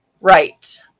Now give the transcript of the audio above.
right